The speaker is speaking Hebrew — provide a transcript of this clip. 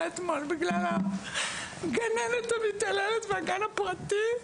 אתמול בגלל הגננת המתעללת מהגן הפרטי.